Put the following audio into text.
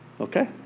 Okay